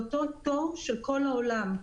לאותו תור של כל העולם.